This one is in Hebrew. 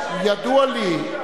--- ידוע לי.